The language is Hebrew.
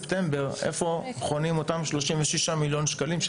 איפה חונים אותם 36 מיליון שקלים עד ספטמבר,